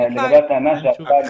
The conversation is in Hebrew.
לגבי הטענה ש --- אביחי,